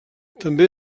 també